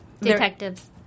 Detectives